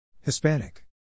Hispanic